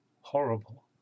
horrible